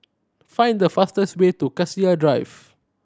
find the fastest way to Cassia Drive